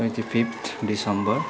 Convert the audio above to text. twenty fifth December